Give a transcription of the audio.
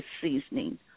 Seasoning